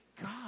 God